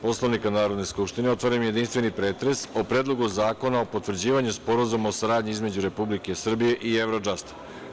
Poslovnika Narodne skupštine, otvaram jedinstveni pretres o Predlogu zakona o potvrđivanju Sporazuma o saradnji između Republike Srbije i Evrodžasta.